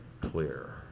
clear